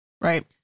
right